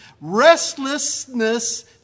restlessness